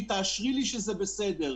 ישמש לטובת הצרכנים,